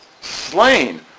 slain